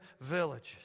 villages